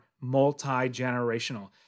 multi-generational